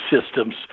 systems